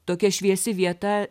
tokia šviesi vieta